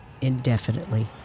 indefinitely